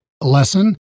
lesson